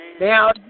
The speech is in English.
Now